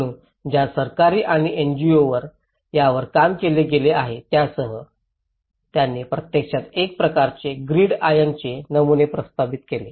म्हणून ज्या सरकारी आणि एनजीओनी यावर काम केले आहे त्यासह त्यांनी प्रत्यक्षात एक प्रकारचे ग्रीड आयर्नचे नमुने प्रस्तावित केले